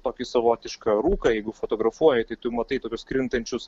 tokį savotišką rūką jeigu fotografuoji tai tu matai tokius krintančius